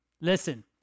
Listen